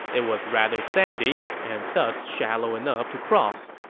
it was rather sandy and thus shallow enough to cross.